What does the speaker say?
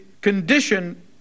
Condition